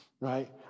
right